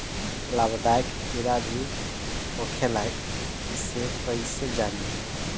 लाभदायक कीड़ा भी होखेला इसे कईसे जानी?